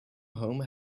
home